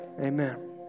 amen